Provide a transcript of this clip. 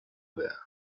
there